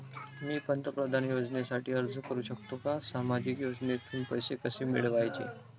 मी पंतप्रधान योजनेसाठी अर्ज करु शकतो का? सामाजिक योजनेतून पैसे कसे मिळवायचे